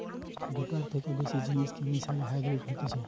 দুটার থেকে বেশি জিনিসকে মিশালে হাইব্রিড হতিছে